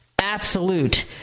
absolute